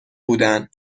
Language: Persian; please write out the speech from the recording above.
بودن